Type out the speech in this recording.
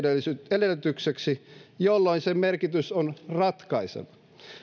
edellytykseksi jolloin niiden merkitys on ratkaiseva